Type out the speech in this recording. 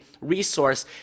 resource